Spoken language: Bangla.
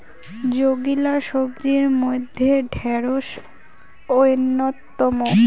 যেগিলা সবজির মইধ্যে ঢেড়স অইন্যতম